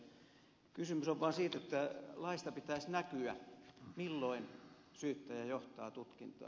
kysymys on vaan siitä että laista pitäisi näkyä milloin syyttäjä johtaa tutkintaa